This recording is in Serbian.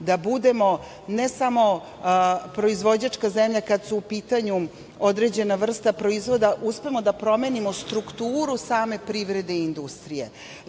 da budemo ne samo proizvođačka zemlja, kada je u pitanju određena vrsta proizvoda, uspemo da promenimo strukturu same privredne industrije,